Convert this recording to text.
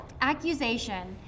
accusation